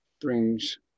brings